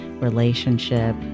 relationship